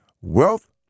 Wealth